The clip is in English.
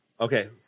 Okay